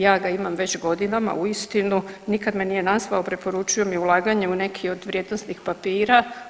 Ja ga imam već godinama, uistinu nikad me nije nazvao preporučio mi ulaganje u neki od vrijednosnih papira.